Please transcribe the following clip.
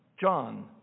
John